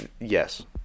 Yes